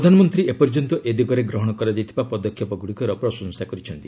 ପ୍ରଧାନମନ୍ତ୍ରୀ ଏ ପର୍ଯ୍ୟନ୍ତ ଏ ଦିଗରେ ଗ୍ରହଣ କରାଯାଇଥିବା ପଦକ୍ଷେପଗୁଡ଼ିକର ପ୍ରଶଂସା କରିଛନ୍ତି